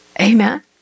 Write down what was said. Amen